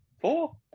Four